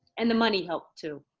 and the money helped too.